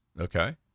Okay